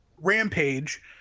rampage